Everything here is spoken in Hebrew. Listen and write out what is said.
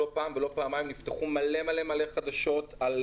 זה ניכר אפילו במהדורות החדשות.